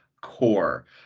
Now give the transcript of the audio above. core